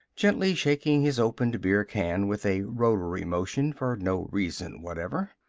gently shaking his opened beer-can with a rotary motion, for no reason whatever.